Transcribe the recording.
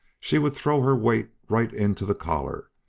she would throw her weight right into the collar,